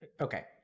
Okay